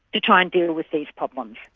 to try and deal with these problems?